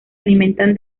alimentan